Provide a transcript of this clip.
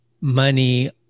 money